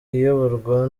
iyoborwa